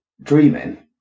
dreaming